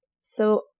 So-